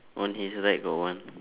on his right got one